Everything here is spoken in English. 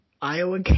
Iowa